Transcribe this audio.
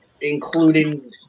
including